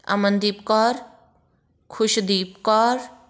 Amandeep Kaur Khushdeep Kaur